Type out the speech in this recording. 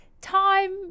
Time